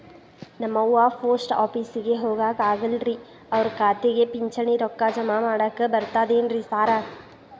ನಮ್ ಅವ್ವ ಪೋಸ್ಟ್ ಆಫೇಸಿಗೆ ಹೋಗಾಕ ಆಗಲ್ರಿ ಅವ್ರ್ ಖಾತೆಗೆ ಪಿಂಚಣಿ ರೊಕ್ಕ ಜಮಾ ಮಾಡಾಕ ಬರ್ತಾದೇನ್ರಿ ಸಾರ್?